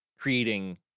creating